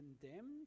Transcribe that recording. condemned